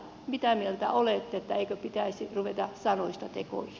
mitä mieltä olette eikö pitäisi ruveta sanoista tekoihin